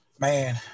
man